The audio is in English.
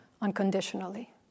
unconditionally